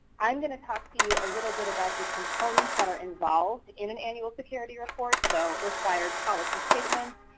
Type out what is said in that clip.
i'm gonna talk to you a little bit about the components that are involved in an annual security report. so required policy statements,